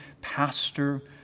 pastor